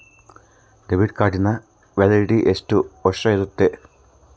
Debit ಕಾರ್ಡಿನ validity ಎಷ್ಟು ವರ್ಷ ಇರುತ್ತೆ?